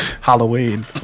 Halloween